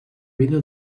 vida